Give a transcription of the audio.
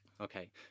Okay